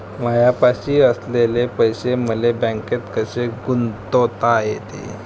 मायापाशी असलेले पैसे मले बँकेत कसे गुंतोता येते?